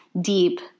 deep –